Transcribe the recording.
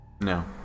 No